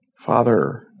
Father